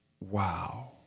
wow